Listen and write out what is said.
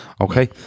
Okay